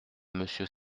monsieur